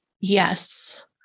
Yes